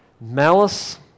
malice